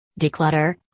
Declutter